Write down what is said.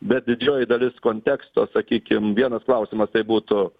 bet didžioji dalis konteksto sakykim vienas klausimas tai būtų